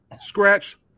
scratch